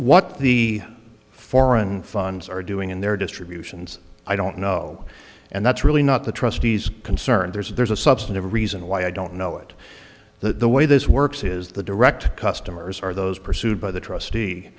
what the foreign funds are doing in their distributions i don't know and that's really not the trustees concern there's a substantive reason why i don't know it that the way this works is the direct customers are those pursued by the trustee